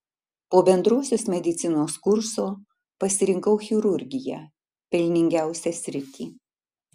po bendrosios medicinos kurso pasirinkau chirurgiją pelningiausią sritį